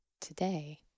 today